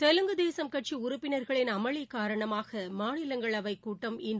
தெலுங்கு தேசம் கட்சி உறுப்பினர்களின் அமளி காரணமாக மாநிலங்களவை கூட்டம் இன்று